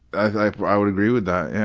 i i would agree with that, yeah.